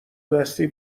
دستی